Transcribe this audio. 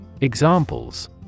Examples